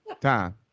time